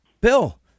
Bill